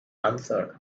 answered